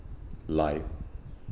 life